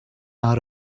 out